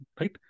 Right